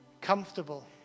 comfortable